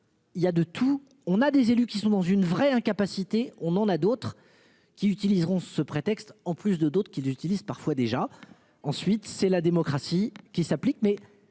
Il y a de tout, on a des élus qui sont dans une vraie incapacité. On en a d'autres qui utiliseront ce prétexte, en plus de doutes qui utilise parfois déjà. Ensuite, c'est la démocratie qui s'applique,